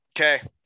okay